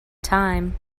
time